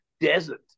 desert